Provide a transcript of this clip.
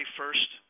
first